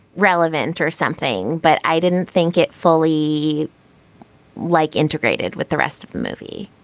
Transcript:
relevant or something but i didn't think it fully like integrated with the rest of the movie.